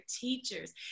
teachers